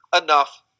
enough